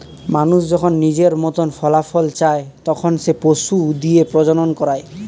মানুষ যখন নিজের মতন ফলাফল চায়, তখন সে পশু দিয়ে প্রজনন করায়